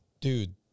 dude